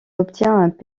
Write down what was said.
obtient